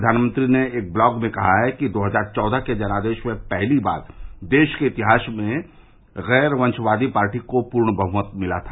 प्रधानमंत्री ने एक ब्लॉग में कहा है कि दो हजार चौदह के जनादेश में पहली बार देश के इतिहास में गैर वंशवादी पार्टी को पूर्ण बहमत मिला था